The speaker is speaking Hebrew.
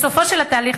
בסופו של התהליך,